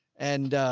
and,